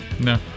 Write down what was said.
No